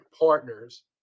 partners